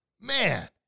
man